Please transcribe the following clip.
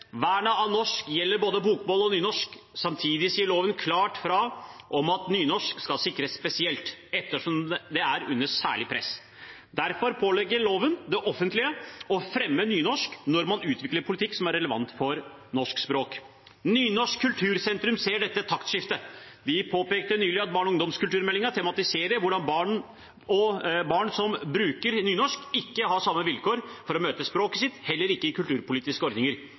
Vernet av norsk gjelder både bokmål og nynorsk. Samtidig sier loven klart fra om at nynorsk skal sikres spesielt, ettersom det er under et særlig press. Derfor pålegger loven det offentlige å fremme nynorsk når man utvikler politikk som er relevant for norsk språk. Nynorsk kultursentrum ser dette taktskiftet. De påpekte nylig at barne- og ungdomskulturmeldingen tematiserer hvordan barn som bruker nynorsk, ikke har samme vilkår for å møte språket sitt, heller ikke i kulturpolitiske ordninger.